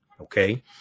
Okay